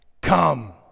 Come